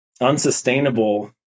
unsustainable